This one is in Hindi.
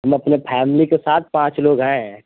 हम अपने फैमिली के साथ पाँच लोग हैं